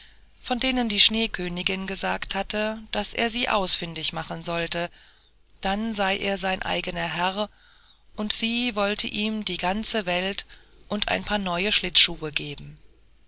von denen die schneekönigin gesagt hatte daß er sie ausfindig machen sollte dann sei er sein eigener herr und sie wollte ihm die ganze welt und ein paar neue schlittschuhe geben